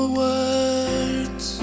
words